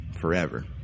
forever